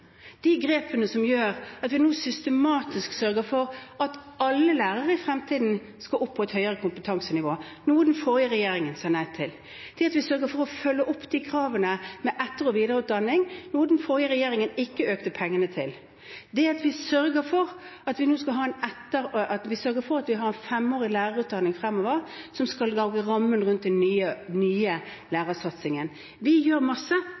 de grepene som gjør at vi nå systematisk sørger for at alle lærere i fremtiden skal opp på et høyere kompetansenivå, noe den forrige regjeringen sa nei til, og det at vi sørger for å følge opp kravene med etter- og videreutdanning, noe den forrige regjeringen ikke økte pengene til. Det dreier seg om at vi sørger for at vi nå har en femårig lærerutdanning fremover som skal lage rammen rundt den nye lærersatsingen. Vi gjør masse